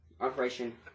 Operation